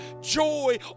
joy